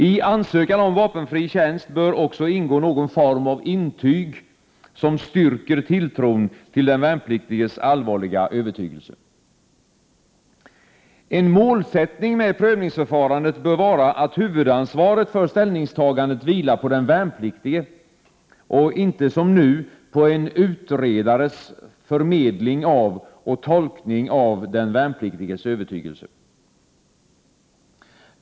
I ansökan om vapenfri tjänst bör också ingå någon form av intyg, som styrker tilltron till den värnpliktiges allvarliga övertygelse. En målsättning med prövningsförfarandet bör vara att huvudansvaret för ställningstagandet vilar på den värnpliktige — och inte som nu på en utredares förmedling av och tolkning av den värnpliktiges övertygelse.